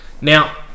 Now